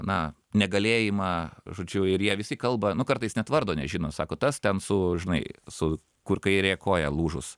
na negalėjimą žodžiu ir jie visi kalba nu kartais net vardo nežino sako tas ten su žinai su kur kairė koja lūžus